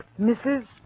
Mrs